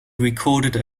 recorded